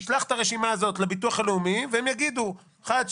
ישלח את הרשימה הזאת לביטוח הלאומי והם יגידו אחת,